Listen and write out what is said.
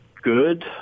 good